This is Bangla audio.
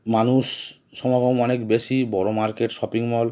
মানুষ সমাগম অনেক বেশি বড়ো মার্কেট শপিং মল